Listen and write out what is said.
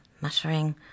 muttering